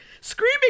Screaming